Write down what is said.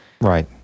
Right